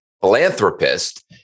philanthropist